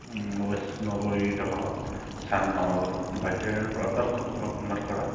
নব্বৈ নব্বৈ দশকত চান বামা বুলি বাহিৰৰ